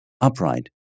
upright